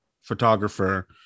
photographer